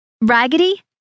Raggedy